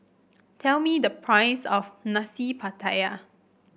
tell me the price of Nasi Pattaya